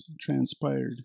transpired